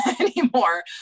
anymore